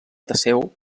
teseu